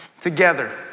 together